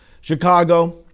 Chicago